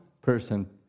person